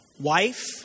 wife